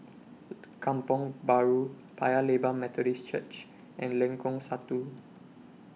Kampong Bahru Paya Lebar Methodist Church and Lengkok Satu